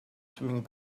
swimming